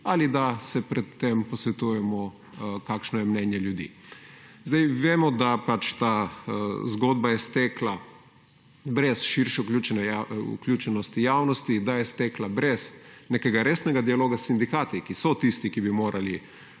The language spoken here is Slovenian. ali da se pred tem posvetujemo kakšno je mnenje ljudi. Vemo, da ta zgodba je stekla brez širše vključenosti javnosti, da je tekla brez nekega resnega dialoga s sindikati, ki so tisti, ki bi morali